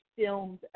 filmed